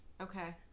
Okay